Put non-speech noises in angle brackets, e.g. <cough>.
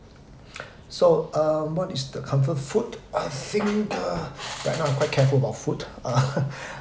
so um what is the comfort food I think uh right now I'm quite careful about food uh <laughs>